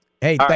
Hey